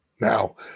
Now